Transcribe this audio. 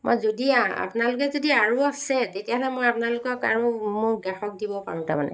মই যদি আপোনালোকে যদি আৰু আছে তেতিয়াহ'লে মই আপোনালোকক আৰু মোৰ গ্ৰাহক দিব পাৰোঁ তাৰমানে